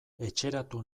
etxeratu